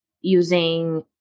using